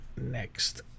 next